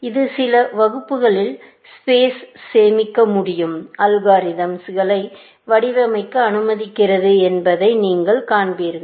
இது சில வகுப்புகளில் ஸ்பேஸில் சேமிக்க முடியும் அல்காரிதம்ஸ்களை வடிவமைக்க அனுமதிக்கிறது என்பதை நீங்கள் காண்பீர்கள்